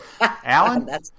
Alan